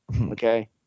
okay